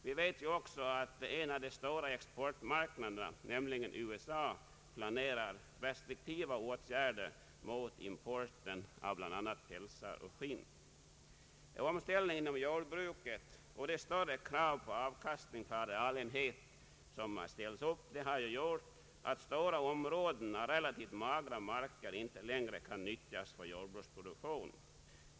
Vi vet också att en av de stora exportmarknaderna, nämligen USA, planerar restriktiva åtgärder mot importen av bl.a. pälsar och skinn. Omställningen inom jordbruket och större krav på avkastningen per arealenhet har gjort att stora områden av relativt magra marker inte längre kan nyttjas för jordbruksproduktion.